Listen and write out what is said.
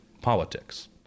politics